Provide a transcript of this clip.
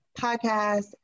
podcast